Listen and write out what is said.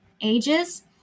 ages